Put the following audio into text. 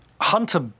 Hunter